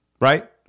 Right